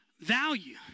value